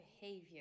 behavior